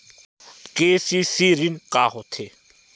KCC ऋण का होथे?